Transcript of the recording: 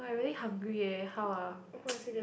[wah] I really hungry eh how ah